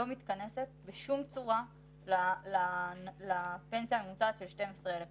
לא מתכנסת בשום צורה לפנסיה הממוצעת של 12,000 ש"ח.